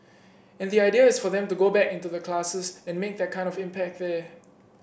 and the idea is for them to go back into the classes and make that kind of impact there